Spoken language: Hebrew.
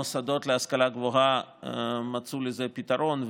המוסדות להשכלה גבוהה מצאו לזה פתרון,